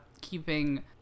keeping